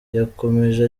yakomeje